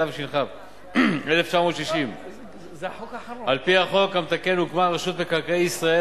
התש"ך 1960. על-פי החוק המתקן הוקמה רשות מקרקעי ישראל,